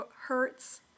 Hertz